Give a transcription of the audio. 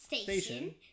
station